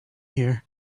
here